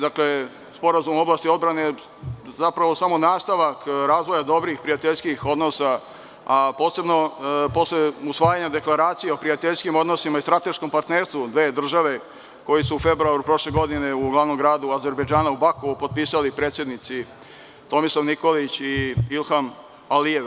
Dakle, ovaj sporazum u oblasti odbrane je zapravo samo nastavak razvoja dobrih prijateljskih odnosa, a posebno posle usvajanja deklaracije o prijateljskim odnosima i strateškom partnerstvu dve države koje su u februaru prošle godine u glavnom gradu Azerbejdžana u Bakuu potpisali predsednici Tomislav Nikolić i Ilham Alijev.